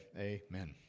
Amen